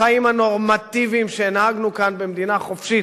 החיים הנורמטיביים שהנהגנו כאן במדינה חופשית,